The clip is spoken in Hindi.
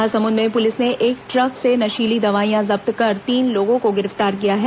महासमुंद में पुलिस ने एक ट्रक से नशीली दवाइयां जब्त कर तीन लोगों को गिरफ्तार किया है